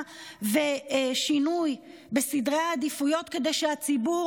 ושינוי בסדרי העדיפויות כדי שהציבור,